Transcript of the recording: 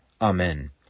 Amen